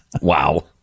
Wow